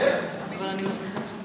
אתה הבנת למה הוא מתכוון?